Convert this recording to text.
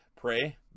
pray